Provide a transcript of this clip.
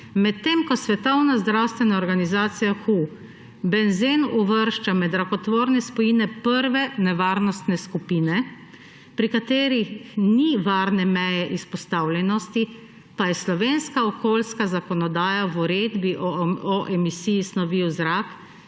WHO benzen uvršča med rakotvorne spojine prve nevarnostne skupine, pri katerih ni varne meje izpostavljenosti, pa je slovenska okoljska zakonodaja v Uredbi o emisiji snovi v zrak